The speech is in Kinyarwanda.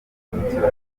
mukerarugendo